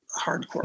hardcore